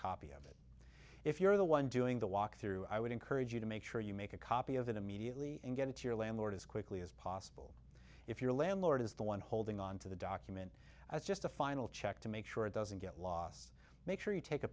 copy of it if you're the one doing the walkthrough i would encourage you to make sure you make a copy of it immediately and get it to your landlord as quickly as possible if your landlord is the one holding on to the document as just a final check to make sure it doesn't get loss make sure you take a